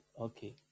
okay